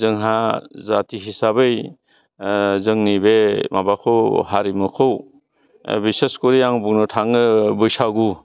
जोंहा जाति हिसाबै जोंनि बे माबाखौ हारिमुखौ बिसेसखरि आं बुंनो थाङो बैसागु